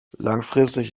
langfristig